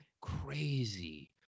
Crazy